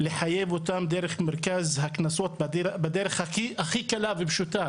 לחייב אותם דרך מרכז הקנסות בדרך הכי קלה ופשוטה